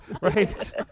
right